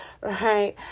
right